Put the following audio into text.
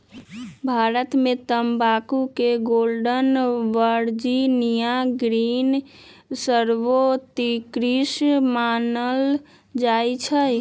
भारत में तमाकुल के गोल्डन वर्जिनियां ग्रीन सर्वोत्कृष्ट मानल जाइ छइ